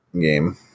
game